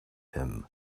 him